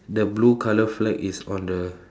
the blue colour flag is on the